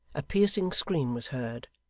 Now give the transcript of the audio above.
a piercing scream was heard.